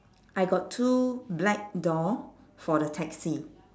I got two black door for the taxi